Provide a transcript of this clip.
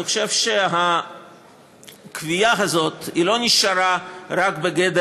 אני חושב שהקביעה הזאת לא נשארה בגדר